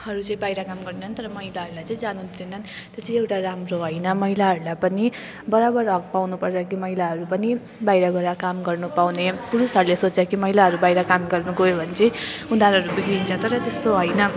हरू चाहिँ बाहिर काम गर्छन् तर महिलाहरूलाई चाहिँ जानु दिँदैनन् त्यो चाहिँ एउटा राम्रो होइन महिलाहरूलाई पनि बराबर हक पाउनुपर्छ कि महिलाहरू पनि बाहिर गएर काम गर्न पाउने पुरुषहरूले सोच्छ कि महिलाहरू बाहिर काम गर्न गयो भने चाहिँ उनीहरू बिग्रिन्छ तर त्यस्तो होइन